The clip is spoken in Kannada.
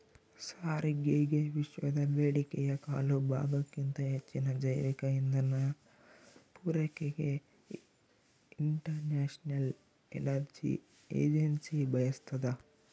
ಸಾರಿಗೆಗೆವಿಶ್ವದ ಬೇಡಿಕೆಯ ಕಾಲುಭಾಗಕ್ಕಿಂತ ಹೆಚ್ಚಿನ ಜೈವಿಕ ಇಂಧನ ಪೂರೈಕೆಗೆ ಇಂಟರ್ನ್ಯಾಷನಲ್ ಎನರ್ಜಿ ಏಜೆನ್ಸಿ ಬಯಸ್ತಾದ